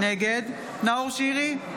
נגד נאור שירי,